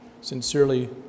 Sincerely